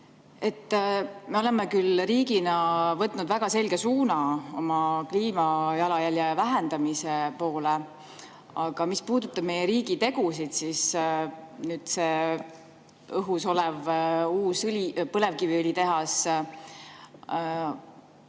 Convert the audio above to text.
me oleme küll riigina võtnud väga selge suuna oma kliimajalajälje vähendamise poole, aga mis puudutab meie riigi tegusid, siis nüüd on õhus uus põlevkiviõlitehas, mis